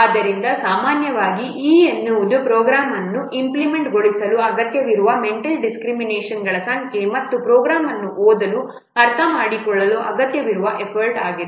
ಆದ್ದರಿಂದ ಸಾಮಾನ್ಯವಾಗಿ E ಎನ್ನುವುದು ಪ್ರೋಗ್ರಾಂ ಅನ್ನು ಇಂಪ್ಲಿಮೆಂಟ್ಗೊಳಿಸಲು ಅಗತ್ಯವಿರುವ ಮೆಂಟಲ್ ಡಿಸ್ಕ್ರಿಮಿನೇಷನ್ಗಳ ಸಂಖ್ಯೆ ಮತ್ತು ಪ್ರೋಗ್ರಾಂ ಅನ್ನು ಓದಲು ಮತ್ತು ಅರ್ಥಮಾಡಿಕೊಳ್ಳಲು ಅಗತ್ಯವಿರುವ ಎಫರ್ಟ್ ಆಗಿದೆ